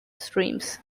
streams